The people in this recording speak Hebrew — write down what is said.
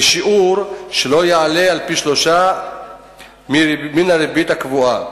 בשיעור שלא יעלה על פי-שלושה הריבית הקבועה,